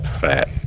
fat